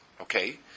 okay